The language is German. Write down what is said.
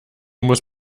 muss